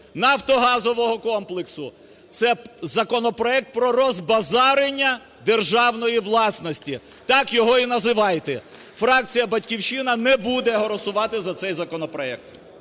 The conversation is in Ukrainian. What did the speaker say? нафтогазового комплексу. Це законопроект про розбазарювання державної власності. Так його і називайте. Фракція "Батьківщина" не буде голосувати за цей законопроект.